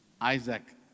Isaac